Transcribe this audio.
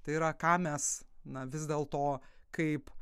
tai yra ką mes na vis dėlto kaip